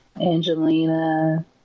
Angelina